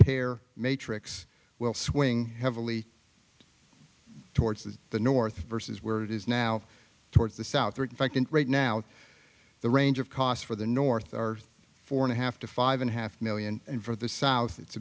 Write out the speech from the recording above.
pair matrix will swing heavily towards the north versus where it is now towards the south in fact and right now the range of cost for the north are four and a half to five and a half million and for the south it's